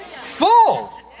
Full